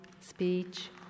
speech